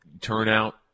turnout